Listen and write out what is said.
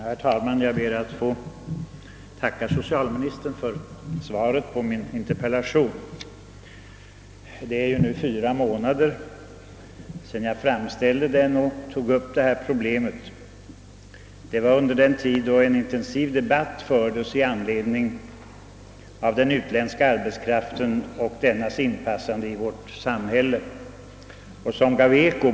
Herr talman! Jag ber att få tacka socialministern för svaret på min interpellation. Det är nu fyra månader sedan jag framställde den. Då fördes i den allmänna debatten och i tidningspressen en intensiv debatt om den utländska arbetskraften och dennas inpassande i vårt samhälle.